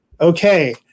okay